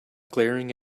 glaring